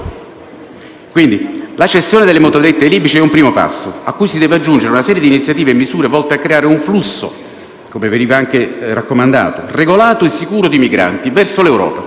quindi la cessione delle motovedette ai libici è un primo passo cui si deve aggiungere una serie di iniziative e misure volte a creare un flusso - come veniva anche raccomandato - regolato e sicuro di migranti verso l'Europa,